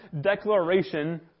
declaration